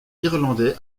irlandais